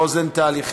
רוזנטל, יחימוביץ,